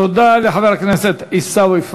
תודה לחבר הכנסת עיסאווי פריג'.